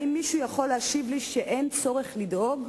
האם מישהו יכול להשיב לי שאין צורך לדאוג?